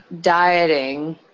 dieting